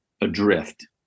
adrift